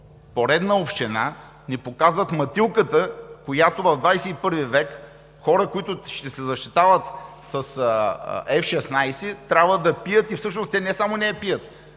поредна община ни показват мътилката, която в XXI в. хора, които ще се защитават с F-16, трябва да пият. Всъщност те не само не я пият,